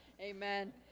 Amen